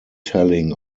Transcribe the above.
telling